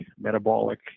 metabolic